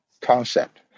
concept